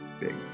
big